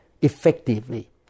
effectively